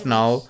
Now